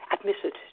admitted